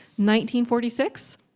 1946